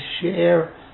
share